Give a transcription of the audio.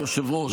היושב-ראש.